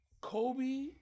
Kobe